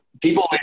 People